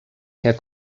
herr